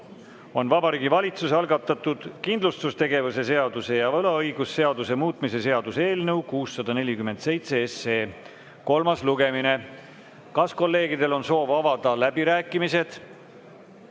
on Vabariigi Valitsuse algatatud kindlustustegevuse seaduse ja võlaõigusseaduse muutmise seaduse eelnõu 647 kolmas lugemine. Kas kolleegidel on soov avada läbirääkimised?